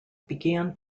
began